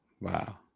Wow